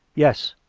yes,